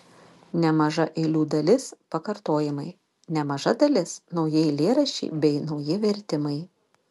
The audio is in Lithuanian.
nemaža eilių dalis pakartojimai nemaža dalis nauji eilėraščiai bei nauji vertimai